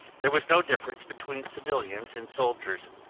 there was no difference between civilians and soldiers,